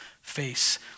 face